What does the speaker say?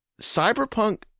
Cyberpunk